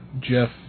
Jeff